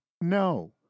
no